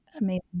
amazing